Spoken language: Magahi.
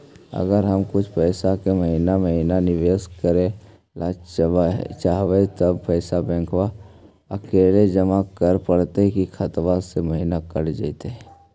अगर हम कुछ पैसा के महिने महिने निबेस करे ल चाहबइ तब पैसा बैक आके जमा करे पड़तै कि खाता से महिना कट जितै?